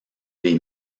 les